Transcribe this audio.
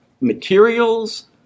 materials